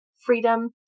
freedom